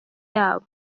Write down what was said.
yabo